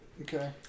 Okay